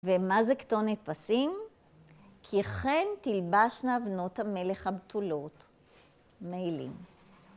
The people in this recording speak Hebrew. ומה זה כתונת פסים? כי אכן תלבשנה בנות המלך הבתולות. מעילים.